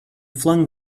flung